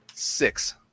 Six